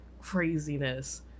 craziness